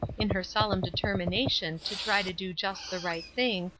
in her solemn determination to try to do just the right thing,